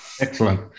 Excellent